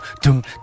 dum